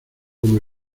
como